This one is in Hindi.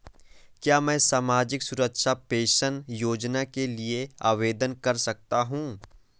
क्या मैं सामाजिक सुरक्षा पेंशन योजना के लिए आवेदन कर सकता हूँ?